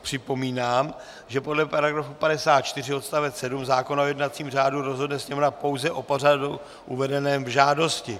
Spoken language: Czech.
Připomínám, že podle § 54 odst. 7 zákona o jednacím řádu rozhodne Sněmovna pouze o pořadu uvedeném v žádosti.